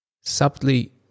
subtly